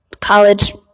College